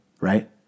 right